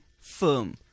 firm